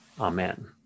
Amen